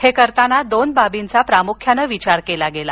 हे करताना दोन बाबींचा प्रामुख्यानं विचार केला गेला